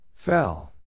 Fell